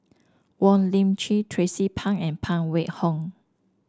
Wong Lip Chin Tracie Pang and Phan Wait Hong